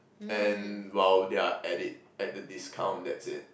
and while they are at it at a discount that's it